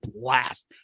Blast